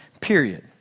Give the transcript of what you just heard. period